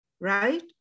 right